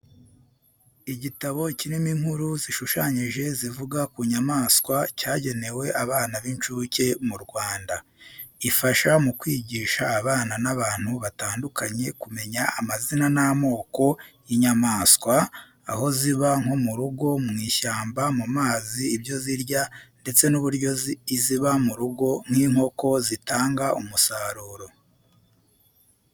Igitabo kirimo inkuru zishushanyije zivuga ku nyamaswa cyagenewe abana b'incuke mu Rwanda. Ifasha mu kwigisha abana n’abantu batandukanye kumenya amazina n'amoko y'inyamaswa, aho ziba nko mu rugo, mu ishyamba, mu mazi, ibyo zirya ndetse n'uburyo iziba mu rugo nk'inkoko zitanga umusaruro.